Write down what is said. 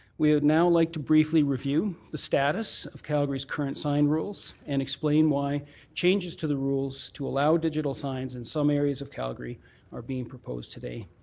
we would now like to briefly review the status of calgary's current sign rules and explain why changes to the rules to allow digital signs in some areas of calgary are being proposed today.